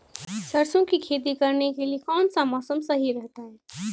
सरसों की खेती करने के लिए कौनसा मौसम सही रहता है?